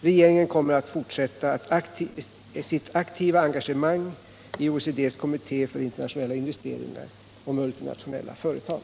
Regeringen kommer att fortsätta sitt aktiva engagemang i OECD:s kommitté för internationella investeringar och multinationella företag.